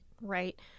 right